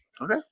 Okay